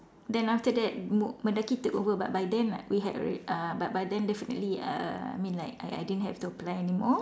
then after that Mendaki took over but by time but by time definitely I didn't have apply it anymore